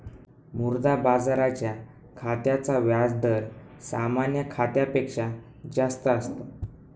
मुद्रा बाजाराच्या खात्याचा व्याज दर सामान्य खात्यापेक्षा जास्त असतो